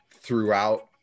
throughout